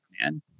man